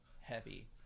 heavy